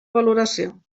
valoració